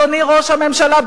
אדוני ראש הממשלה,